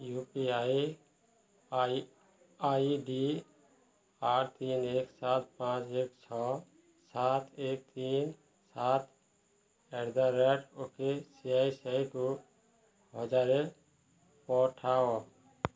you P I I D ଆଠ ତିନି ଏକ ସାତ ପାଞ୍ଚ ଏକ ଛଅ ସାତ ଏକ ତିନି ସାତ at the rate O K ସିଆଇକୁ ହଜାରେ ପଠାଅ